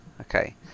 Okay